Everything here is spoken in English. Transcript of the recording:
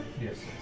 Yes